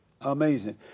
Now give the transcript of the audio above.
Amazing